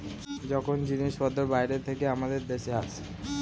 যখন জিনিসপত্র বাইরে থেকে আমাদের দেশে আসে